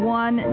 one